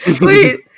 Wait